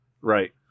Right